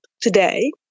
today